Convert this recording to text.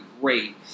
great